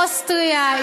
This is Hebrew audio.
אוסטריה,